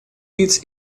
лиц